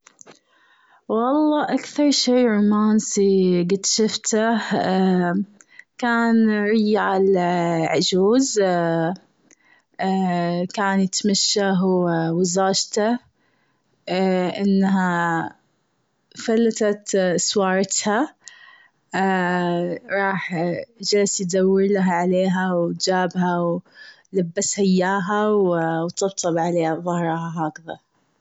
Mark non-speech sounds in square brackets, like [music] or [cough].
والله أكثر شيء رومانسي قد شفته كان رجل العجوز [hesitation] كان يتمشى هو و زوجته [hesitation] إنها فلتت سوارتها [hesitation] رح جلس يدور له عليها و جابها و لبسها إياها و طبطب على ظهرها هكذا.